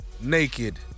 Naked